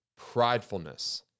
pridefulness